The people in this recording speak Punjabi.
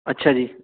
ਅੱਛਾ ਜੀ